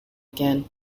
again